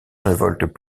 révoltes